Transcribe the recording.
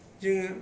जोङो